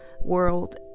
world